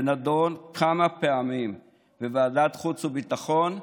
זה נדון כמה פעמים בוועדת חוץ וביטחון.